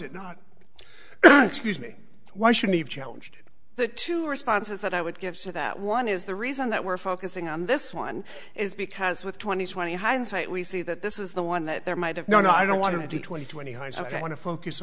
it not excuse me why should we have challenged the two responses that i would give so that one is the reason that we're focusing on this one is because with twenty twenty hindsight we see that this is the one that there might have known i don't want to do twenty twenty hindsight i want to focus